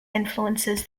influences